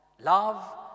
Love